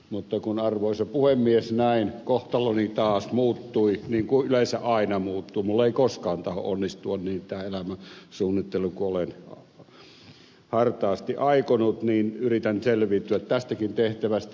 mutta kun arvoisa puhemies näin kohtaloni taas muuttui niin kuin yleensä aina muuttuu minulla ei koskaan tahdo onnistua niin tämä elämän suunnittelu kuin olen hartaasti aikonut niin yritän selviytyä tästäkin tehtävästä